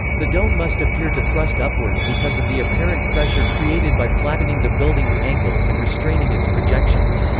the dome must appear to thrust upwards because of the apparent pressure created by flattening the building's angles and restraining its projections.